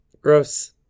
Gross